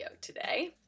today